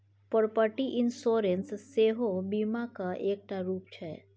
property insurance सेहो बीमाक एकटा रुप छै